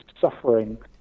suffering